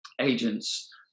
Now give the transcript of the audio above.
agents